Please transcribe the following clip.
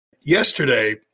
Yesterday